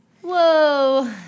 Whoa